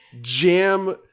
jam